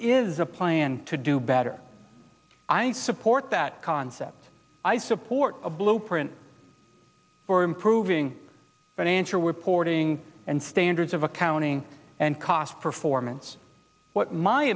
is a plan to do better i support that concept i support a blueprint for improving but and your reporting and standards of accounting and cost performance what my